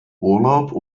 urlaub